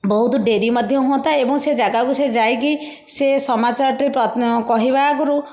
ବହୁତ ଡେରି ମଧ୍ୟ ହୁଅନ୍ତା ଏବଂ ସେ ଜାଗାକୁ ସେ ଯାଇକି ସେ ସମାଚାର ଟି କହିବା ଆଗରୁ